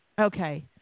Okay